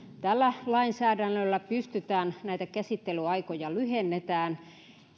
tällä lainsäädännöllä pystytään näitä käsittelyaikoja lyhentämään